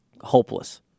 hopeless